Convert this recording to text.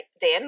Dan